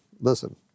listen